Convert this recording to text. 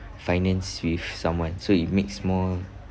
finance with someone so it makes more